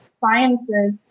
sciences